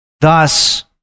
thus